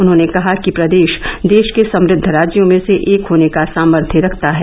उन्होंने कहा कि प्रदेश देश के समृद्व राज्यों में से एक होने का सामर्थ्य रखता है